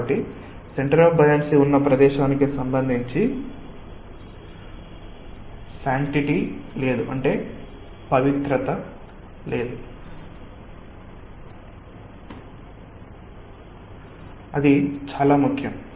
కాబట్టి centre of buoyancy ఉన్న ప్రదేశానికి సంబంధించి పవిత్రత లేదు అది చాలా ముఖ్యం